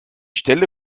stelle